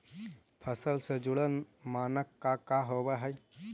फसल से जुड़ल मानक का का होव हइ?